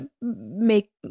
Make